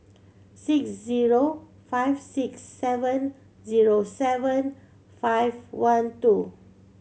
six zero five six seven zero seven five one two